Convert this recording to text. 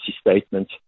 statement